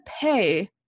pay